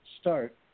start